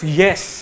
yes